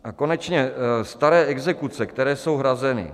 A konečně staré exekuce, které jsou hrazeny.